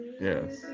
yes